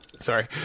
sorry